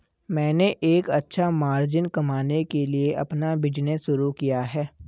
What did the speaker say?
मैंने एक अच्छा मार्जिन कमाने के लिए अपना बिज़नेस शुरू किया है